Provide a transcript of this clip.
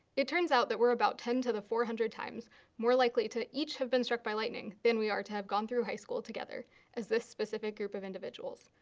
it turns out that we're about ten to the four hundred times more likely to each have been struck by lightning then we are to have gone through high school together as this specific group of individuals.